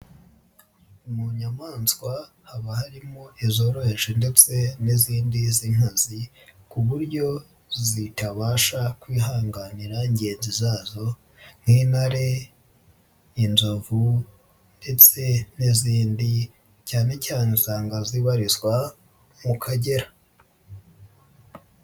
Mu nyamaswa haba harimo izoroheje ndetse n'izindi z'inkazi ku buryo zitabasha kwihanganira ngenzi zazo nk'intare, inzovu ndetse n'izindi cyane cyane usanga zibarizwa mu Kagera.